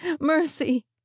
mercy